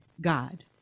God